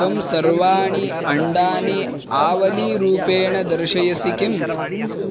त्वं सर्वाणि अण्डानि आवलीरूपेण दर्शयसि किम्